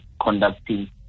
conducting